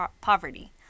poverty